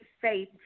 faith